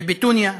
מביתוניה,